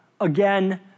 again